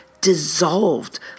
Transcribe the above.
dissolved